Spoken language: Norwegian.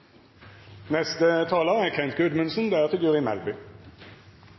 Neste taler er